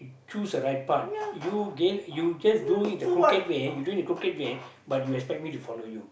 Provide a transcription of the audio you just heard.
choose the right path you gain you just do it the crooked way you doing the crooked way but you expect me to follow you